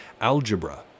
Algebra